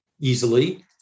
easily